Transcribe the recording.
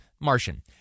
Martian